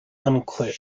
unclear